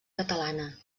catalana